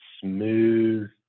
Smooth